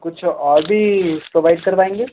कुछ और भी प्रोवाइड करवाएंगे